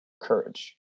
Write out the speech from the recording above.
courage